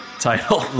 title